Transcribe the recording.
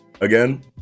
again